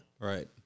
Right